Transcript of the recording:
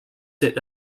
sit